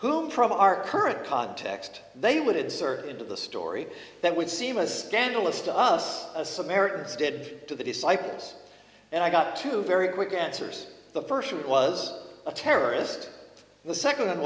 whom from our current context they would insert it into the story that would seem a scandalous to us a samaritans did to the disciples and i got two very quick answers the first it was a terrorist the second